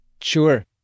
Sure